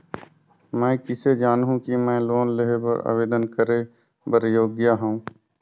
मैं किसे जानहूं कि मैं लोन लेहे बर आवेदन करे बर योग्य हंव?